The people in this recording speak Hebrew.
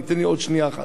תן לי עוד שנייה אחת.